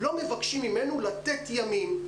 לא מבקשים מאיתנו לתת ימים.